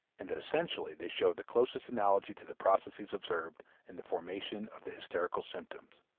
and that essentially they show the closest analogy to the processes observed in the formation of the hysterical symptoms.